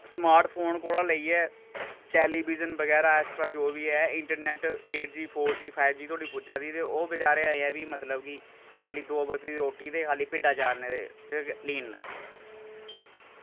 smartphone कोला लेइयै television बगैरा एक्सट्रा जो बी ऐ internet eight G four G five G तोड़ी पुज्जा'रदी ते ओह् बचैरे अजें बी मतलब कि खाल्ली दो वक्त दी रोटी ते खाली भिड्डां चारने दे च गै लीन न